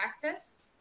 practice